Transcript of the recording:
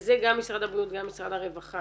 וזה גם משרד הבריאות וגם משרד הרווחה